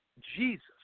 Jesus